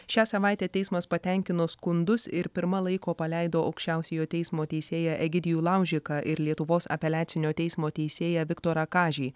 šią savaitę teismas patenkino skundus ir pirma laiko paleido aukščiausiojo teismo teisėją egidijų laužiką ir lietuvos apeliacinio teismo teisėją viktorą kažį